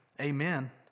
Amen